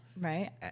right